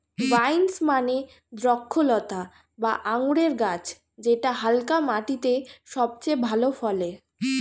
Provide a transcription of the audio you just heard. vines মানে দ্রক্ষলতা বা আঙুরের গাছ যেটা হালকা মাটিতে সবচেয়ে ভালো ফলে